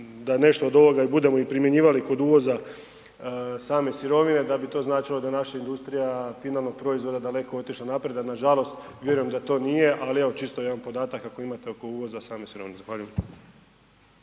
da nešto od ovoga i budemo i primjenjivali kod uvoza same sirovine dal bi to značilo da je naša industrija finalnog proizvoda daleko otišla naprijed, a nažalost vjerujem da to nije, ali evo čisto jedan podatak ako imate oko uvoza same sirovine.